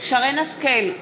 שרן השכל,